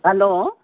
hello